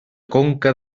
conca